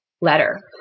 letter